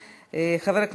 מס'